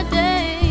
day